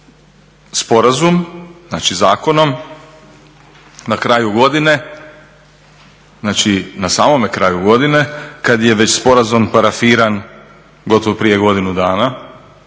sporazum znači zakonom na kraju godine, znači na samome kraju godine, kad je već sporazum parafiran gotovo prije godinu dana,